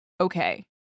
okay